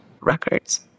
records